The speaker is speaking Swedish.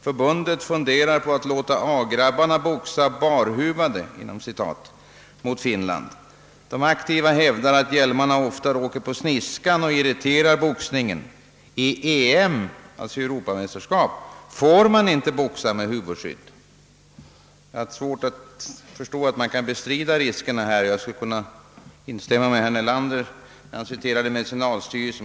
Förbundet funderar på att låta A-grabbarna boxa ”barhuvade” mot Finland. De aktiva hävdar att hjälmarna ofta åker på sniskan och irriterar boxningen,. I EM» — alltså europamästerskapen — »får man inte boxa med huvudskydd!» Jag har svårt att förstå att man kan bestrida riskerna. Jag instämmer med herr Nelander, när han citerar medicinalstyrelsen.